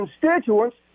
constituents